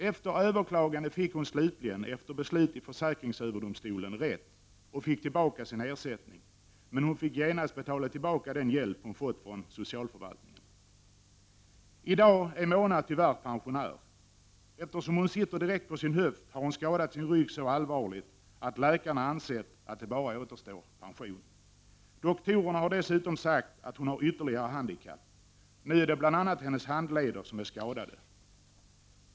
Efter överklagande fick hon slutligen, efter beslut i försäkringsöverdomstolen, rätt och fick tillbaka sin ersättning. Men hon fick genast betala tillbaka den hjälp hon fått från socialförvaltningen. I dag är Mona tyvärr pensionär. Eftersom hon sitter direkt på sin höft, har hon skadat sin rygg så allvarligt att läkarna ansett att det bara återstår pension. Doktorerna har dessutom sagt att hon har ytterligare handikapp. Nu är det bl.a. hennes handleder som är skadade.